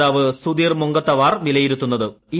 നേതാവ് സുധീർ മുങ്കൻതവാർ വിലയിരുത്തിയത്